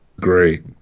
great